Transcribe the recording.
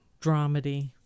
dramedy